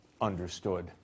understood